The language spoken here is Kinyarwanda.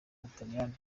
butaliyani